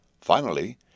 Finally